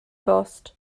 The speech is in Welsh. bost